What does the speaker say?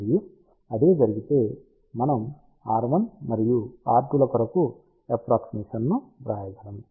మరియు ఇదే జరిగితే మనం r1 మరియు r2 ల కొరకు అప్రాక్సిమేషన్ ను వ్రాయగలము